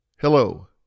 hello